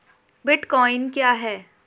Bitcoin क्या है?